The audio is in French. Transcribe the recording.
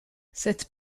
cette